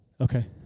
Okay